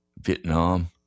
Vietnam